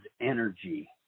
energy